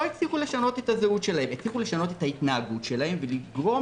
הצליחו לשנות את ההתנהגות שלהם ולגרום